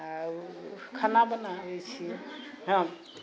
आरु खाना बनाबै छियै हम